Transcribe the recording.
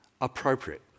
appropriate